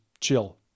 chill